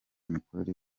mikorere